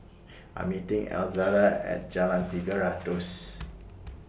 I'm meeting Elzada At Jalan Tiga Ratus